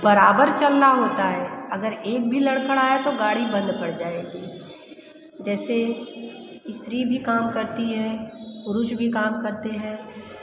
बराबर चलना होता है अगर एक भी लरखड़ाया तो गाड़ी बंद पड़ जाएगी जैसे स्त्री भी काम करती है पुरुष भी काम करते हैं